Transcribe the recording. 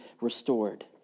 restored